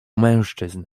mężczyzn